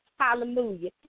Hallelujah